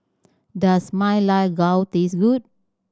does Ma Lai Gao taste good